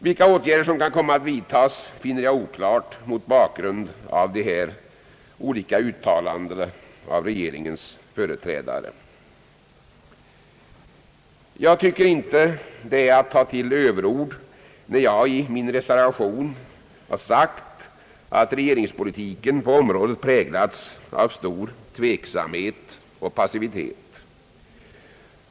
Vilka åtgärder som kan komma att vidtagas finner jag oklart mot bakgrunden av de olika uttalanden som regeringens företrädare här har gjort. Jag tycker inte att det är att ta till överord när jag i min reservation säger, att regeringspolitiken på området präglats av stor tveksamhet och passivitet.